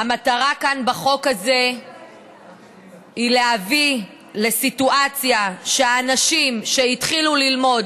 המטרה כאן בחוק הזה היא להביא לסיטואציה שהאנשים שהתחילו ללמוד